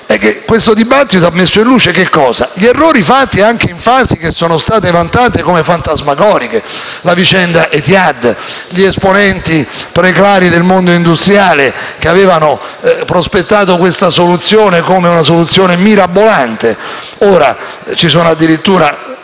questo dibattito ha messo in luce gli errori commessi anche in fasi che sono state vantate come fantasmagoriche: la vicenda Etihad, gli esponenti preclari del mondo industriale che avevano prospettato questa soluzione come una soluzione mirabolante. Ci sono addirittura